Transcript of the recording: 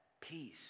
peace